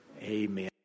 Amen